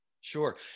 sure